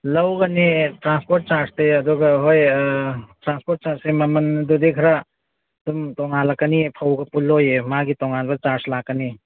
ꯂꯧꯒꯅꯤ ꯇ꯭ꯔꯥꯟꯁꯄꯣꯔꯠ ꯆꯥꯔꯖꯇꯤ ꯑꯗꯨꯒ ꯍꯣꯏ ꯇ꯭ꯔꯥꯟꯁꯄꯣꯔꯠ ꯆꯥꯔꯖꯁꯦ ꯃꯃꯜꯗꯨꯗꯤ ꯈꯔ ꯑꯗꯨꯝ ꯇꯣꯡꯉꯥꯜꯂꯛꯀꯅꯤ ꯐꯧꯒ ꯄꯨꯜꯂꯣꯏꯌꯦ ꯃꯥꯒꯤ ꯇꯣꯡꯉꯥꯟꯕ ꯆꯥꯔꯖ ꯂꯥꯛꯀꯅꯤ